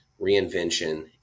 reinvention